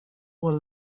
were